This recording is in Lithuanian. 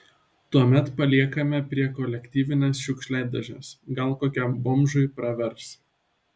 tuomet paliekame prie kolektyvinės šiukšliadėžės gal kokiam bomžui pravers